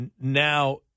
Now